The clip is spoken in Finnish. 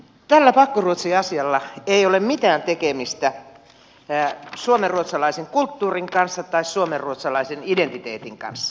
tällä pakkoruotsiasialla ei ole mitään tekemistä suomenruotsalaisen kulttuurin kanssa tai suomenruotsalaisen identiteetin kanssa